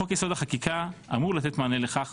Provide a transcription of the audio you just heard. חוק יסוד: החקיקה אמור לתת מענה לכך